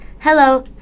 hello